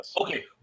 Okay